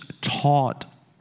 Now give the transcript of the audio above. taught